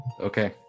Okay